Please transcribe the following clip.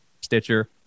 Stitcher